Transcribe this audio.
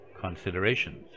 considerations